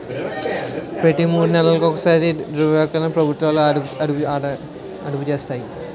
ప్రతి మూడు నెలలకు ఒకసారి ద్రవ్యోల్బణాన్ని ప్రభుత్వాలు అదుపు చేస్తాయి